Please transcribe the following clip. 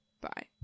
Bye